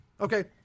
Okay